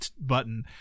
button